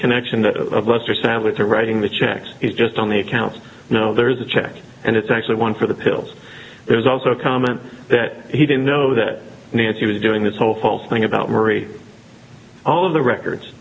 connection that lester sat with her writing the checks is just on the accounts there's a check and it's actually one for the pills there's also a comment that he didn't know that nancy was doing this whole false thing about murray all of the records